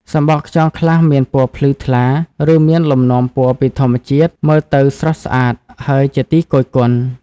សំបកខ្យងខ្លះមានពណ៌ភ្លឺថ្លា ឬមានលំនាំពណ៌ពីធម្មជាតិ មើលទៅស្រស់ស្អាត ហើយជាទីគយគន់។